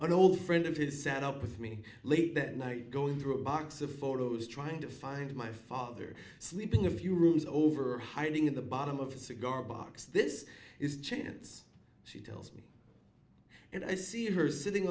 you an old friend of his sat up with me late that night going through a box of photos trying to find my father sleeping a few rooms over or hiding in the bottom of a cigar box this is chance she tells me and i see her sitting